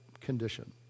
condition